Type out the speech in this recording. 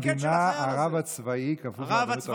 מאז קום המדינה הרב הצבאי כפוף לרבנות הראשית.